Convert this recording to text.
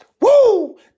Woo